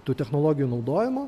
tų technologijų naudojimo